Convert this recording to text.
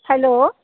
hello